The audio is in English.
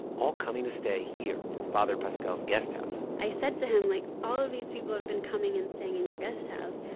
all coming to stay here in father pascal's guesthouse i said to him, like, all of these people have been coming and saying in your guesthouse.